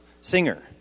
singer